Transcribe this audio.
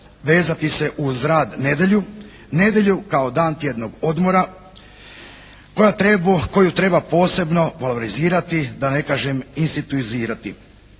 vezati se uz rad nedjelju, nedjelju kao dan tjednog odmora koju treba posebno favorizirati, da ne kažem instituizirati.